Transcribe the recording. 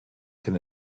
can